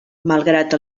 malgrat